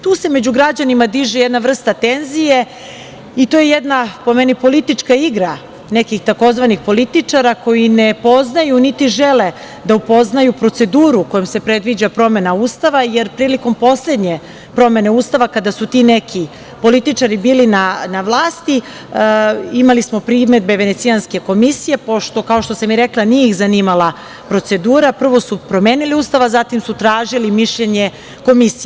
Tu se među građanima diže jedna vrsta tenzije i to je jedna, po meni, politička igra nekih tzv. političara koji ne poznaju niti žele da upoznaju proceduru kojom se predviđa promena Ustava, jer prilikom poslednje promene Ustava, kada su ti neki političari bili na vlasti, imali smo primedbe Venecijanske komisije, pošto, kao što sam i rekla, nije ih zanimala procedura, prvo su promenili Ustav, a zatim su tražili mišljenje komisije.